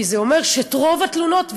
כי זה אומר שרוב התלונות,